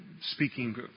speaking